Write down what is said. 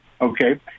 Okay